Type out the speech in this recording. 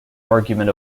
argument